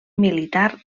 militar